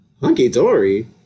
Hunky-dory